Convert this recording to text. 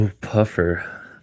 puffer